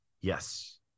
Yes